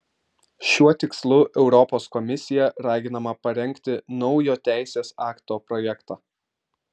šiuo tikslu europos komisija raginama parengti naujo teisės akto projektą